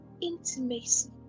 Intimacy